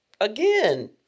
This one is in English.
again